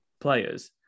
players